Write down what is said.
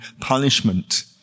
punishment